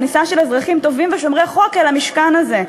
כניסה של אזרחים טובים ושומרי חוק אל המשכן הזה,